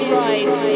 right